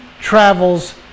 travels